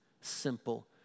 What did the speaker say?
simple